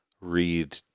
read